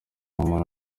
umuntu